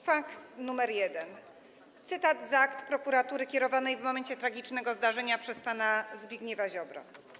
Fakt nr 1: Cytat z akt prokuratury kierowanej w momencie tragicznego zdarzenia przez pana Zbigniewa Ziobrę.